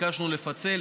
ביקשנו לפצל.